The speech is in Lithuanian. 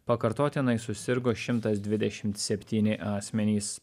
pakartotinai susirgo šimtas dvidešimt septyni asmenys